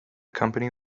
company